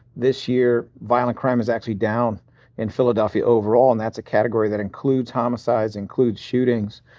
this year violent crime is actually down in philadelphia overall, and that's a category that includes homicides, includes shootings.